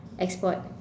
export